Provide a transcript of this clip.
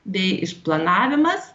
bei išplanavimas